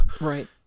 Right